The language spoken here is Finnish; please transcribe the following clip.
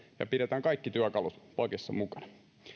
ja pidetään kaikki työkalut pakissa mukana